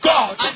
God